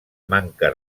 manca